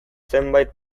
zenbait